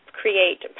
create